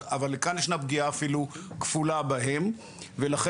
אבל כאן ישנה פגיעה אפילו כפולה בהם ולכן